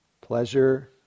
Pleasure